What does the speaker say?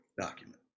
document